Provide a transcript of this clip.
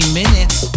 minutes